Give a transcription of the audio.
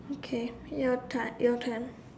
okay your turn your turn